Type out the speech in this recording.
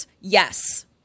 Yes